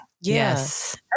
Yes